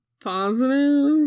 positive